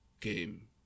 game